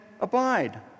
abide